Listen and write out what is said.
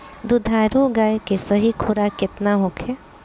दुधारू गाय के सही खुराक केतना होखे?